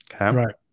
Right